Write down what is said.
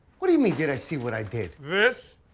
what do you mean did i see what i did? this?